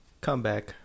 comeback